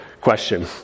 question